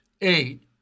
eight